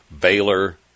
baylor